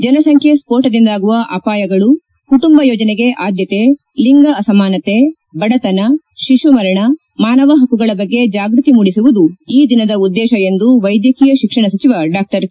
ಜನಸಂಖ್ಯೆ ಸ್ಪೊ ಟದಿಂದಾಗುವ ಅಪಾಯಗಳು ಕುಟುಂಬ ಯೋಜನೆಗೆ ಆದ್ಯತೆ ಲಿಂಗ ಅಸಮಾನತೆ ಬಡತನ ಶಿಶು ಮರಣ ಮಾನವ ಹಕ್ಕುಗಳ ಬಗ್ಗೆ ಜಾಗೃತಿ ಮೂದಿಸುವುದು ಈ ದಿನದ ಉದ್ದೇಶ ಎಂದು ವೈದ್ಯಕೀಯ ಶಿಕ್ಷಣ ಸಚಿವ ಡಾ ಕೆ